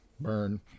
Burn